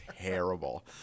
terrible